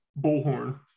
bullhorn